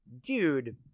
dude